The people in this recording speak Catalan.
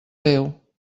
déu